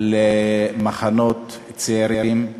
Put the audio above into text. למחנות צעירים,